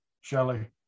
shelly